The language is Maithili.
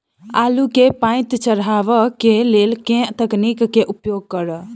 आलु केँ पांति चरावह केँ लेल केँ तकनीक केँ उपयोग करऽ?